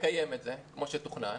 לקיים את זה כמו שתוכנן,